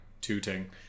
tooting